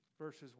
verses